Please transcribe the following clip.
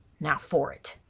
now for it!